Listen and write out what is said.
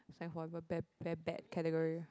it's like whatever ba~ bad bad category